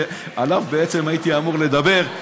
שעליו בעצם הייתי אמור לדבר,